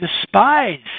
despise